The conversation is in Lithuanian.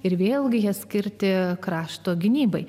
ir vėlgi jie skirti krašto gynybai